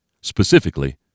Specifically